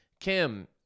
Kim